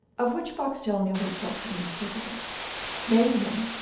of which boxtel knew himself to be incapable made him,